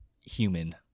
human